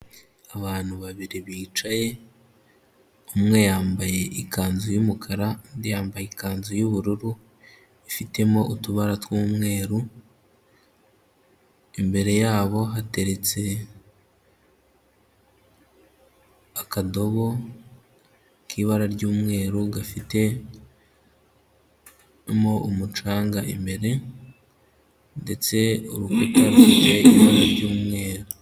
Abantu babiri bicaye umwe yambaye ikanzu y'umukara undi yambaye ikanzu y'ubururu ifitemo utubara t'umweru, imbere yabo hateretse akadobo k'ibara ry'umweru gafitemo umucanga imbere ndetse urukuta rufite ibara ry'umweru.